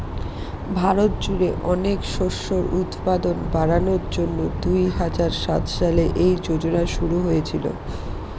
ভারত জুড়ে অনেক শস্যের উৎপাদন বাড়ানোর জন্যে দুই হাজার সাত সালে এই যোজনা শুরু হয়েছিল